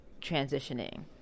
transitioning